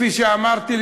כפי שאמרתי,